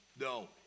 No